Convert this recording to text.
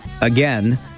again